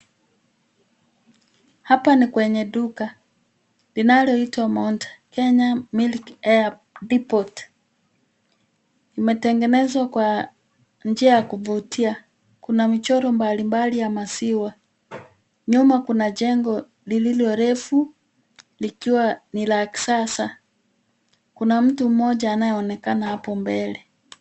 Hapa ni kwenye duka, linaloitwa Mount Kenya Milk Depot . Limetengenezwa kwa njia ya kuvutia. Kuna michoro mbali mbali ya maziwa. Nyuma kuna jengo lililo refu liiwa ni la kisasa. Kuna mtu mmoja ambaye anaonekana hapo mbele.